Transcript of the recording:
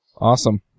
Awesome